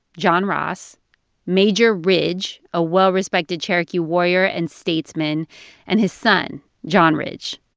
john ross major ridge, a well-respected cherokee warrior and statesman and his son john ridge.